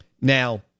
Now